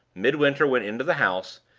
midwinter went into the house,